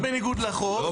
אני לא מוכר בניגוד לחוק,